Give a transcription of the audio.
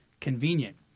convenient